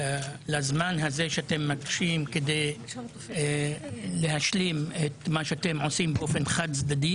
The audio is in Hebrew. לזמן הזה שאתם מבקשים כדי להשלים את מה שאתם עושים באופן חד צדדי